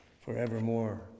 forevermore